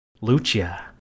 Lucia